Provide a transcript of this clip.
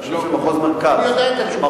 אני חושב שמחוז מרכז.